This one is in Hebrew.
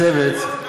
הצוות,